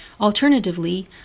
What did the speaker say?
Alternatively